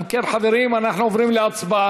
אם כן, חברים, אנחנו עוברים להצבעה.